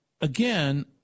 again